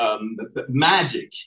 magic